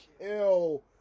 kill